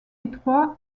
étroits